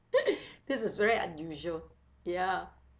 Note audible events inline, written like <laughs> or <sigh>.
<laughs> this is very unusual ya